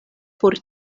por